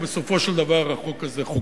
ובסופו של דבר החוק הזה חוקק.